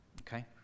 okay